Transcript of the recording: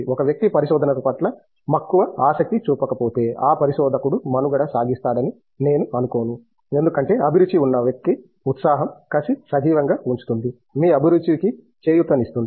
ఒక వ్యక్తి పరిశోధన పట్ల మక్కువ ఆసక్తి చూపకపోతే ఆ పరిశోధకుడు మనుగడ సాగిస్తాడని నేను అనుకోను ఎందుకంటే అభిరుచి ఉన్న వ్యక్తికి ఉత్సాహం కసి సజీవంగా ఉంచుతుంది మీ అభిరుచికి చేయూతనిస్తుంది